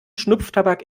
schnupftabak